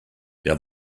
der